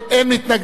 אין מתנגדים,